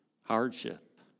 hardship